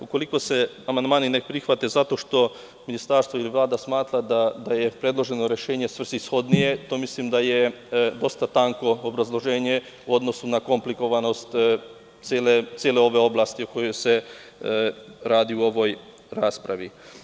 Ukoliko se amandmani ne prihvate zato što Ministarstvo ili Vlada smatra da je predloženo rešenje svrsishodnije, mislim da je to dosta tanko obrazloženje u odnosu na komplikovanost cele ove oblasti o kojoj se radi u ovoj raspravi.